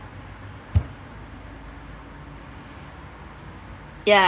ya